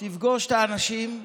תפגוש את האנשים,